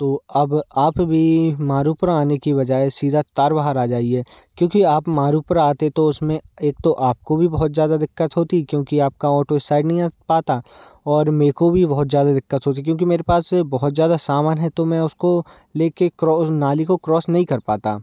तो अब आप भी मारुपुरा आने की बजाय सीधा तारबहार आ जाइए क्योंकि आप मारुपुरा आते तो उसमें एक तो आपको भी बहुत ज़्यादा दिक़्क़त होती क्योंकि आपका ऑटो इस साइड नहीं आ पाता और मेको भी बहुत ज़्यादा दिक़्क़त होती क्योंकि मेरे पास बहुत ज़्यादा सामान है तो मैं उसको लेके क्रॉस नाली को क्रॉस नहीं कर पाता